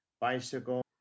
bicycle